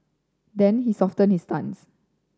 then he softened his stance